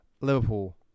Liverpool